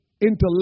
intellect